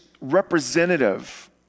representative